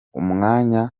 umwanya